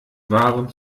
waren